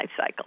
lifecycle